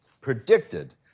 predicted